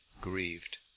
grieved